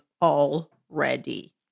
already